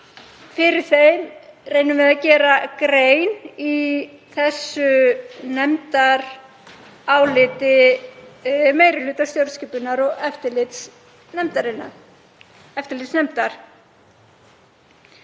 Fyrir þeim reynum við að gera grein í þessu nefndaráliti meiri hluta stjórnskipunar- og eftirlitsnefndar.